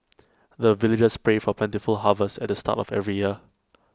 the villagers pray for plentiful harvest at the start of every year